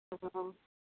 हँ